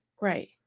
Right